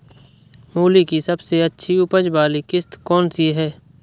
मूली की सबसे अच्छी उपज वाली किश्त कौन सी है?